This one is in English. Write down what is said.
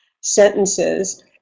sentences